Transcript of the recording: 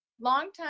longtime